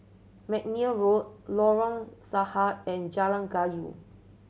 McNair Road Lorong Sahad and Jalan Kayu